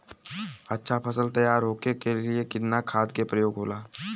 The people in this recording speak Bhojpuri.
अच्छा फसल तैयार होके के लिए कितना खाद के प्रयोग होला?